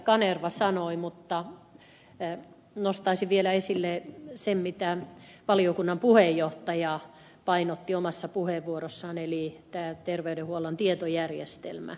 kanerva sanoi mutta nostaisin vielä esille sen mitä valiokunnan puheenjohtaja painotti omassa puheenvuorossaan eli tämän terveydenhuollon tietojärjestelmän